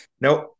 Nope